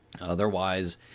Otherwise